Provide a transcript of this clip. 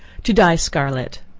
to dye scarlet.